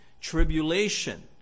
tribulation